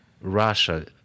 Russia